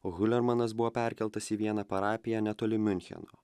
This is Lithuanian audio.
hulermanas buvo perkeltas į vieną parapiją netoli miuncheno